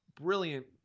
brilliant